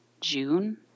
June